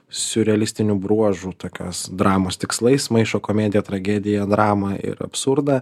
siurrealistinių bruožų tokios dramos tikslais maišo komediją tragediją dramą ir absurdą